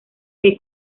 que